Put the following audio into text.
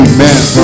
Amen